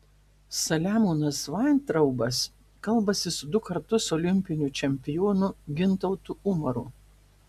saliamonas vaintraubas kalbasi su du kartus olimpiniu čempionu gintautu umaru